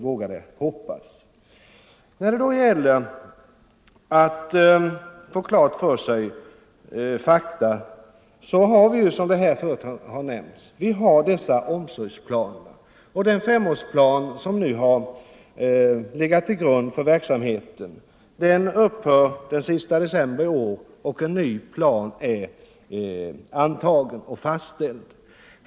Låt oss då klara ut fakta! Vi har, som här förut nämnts, omsorgsplaner. Den femårsplan som nu har legat till grund för verksamheten upphör den 31 december i år, och en ny plan är fastställd.